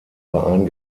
verein